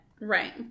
right